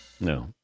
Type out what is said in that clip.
No